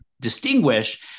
distinguish